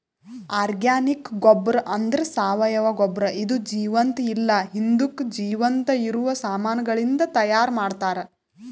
organic ಗೊಬ್ಬರ ಅಂದ್ರ ಸಾವಯವ ಗೊಬ್ಬರ ಇದು ಜೀವಂತ ಇಲ್ಲ ಹಿಂದುಕ್ ಜೀವಂತ ಇರವ ಸಾಮಾನಗಳಿಂದ್ ತೈಯಾರ್ ಮಾಡ್ತರ್